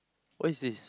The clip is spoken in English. what is this